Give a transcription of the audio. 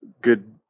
good